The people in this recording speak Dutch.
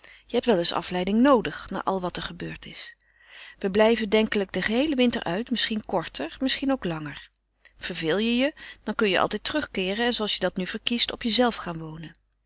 je hebt wel eens afleiding noodig na al wat er gebeurd is we blijven denkelijk den geheelen winter uit misschien korter misschien ook langer verveel je je dan kan je altijd terugkeeren en zooals je dat verkiest op jezelve gaan wonen